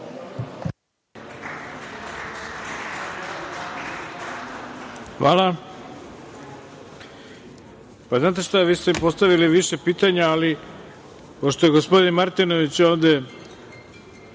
Hvala. Znate šta, vi ste postavili više pitanja, ali pošto je gospodin Martinović ovde